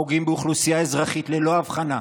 פוגעים באוכלוסייה אזרחית ללא הבחנה,